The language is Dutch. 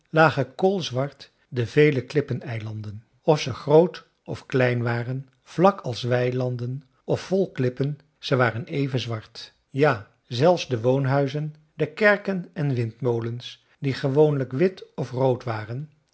lagen koolzwart de vele klippeneilanden of ze groot of klein waren vlak als weilanden of vol klippen ze waren even zwart ja zelfs de woonhuizen de kerken en windmolens die gewoonlijk wit of rood waren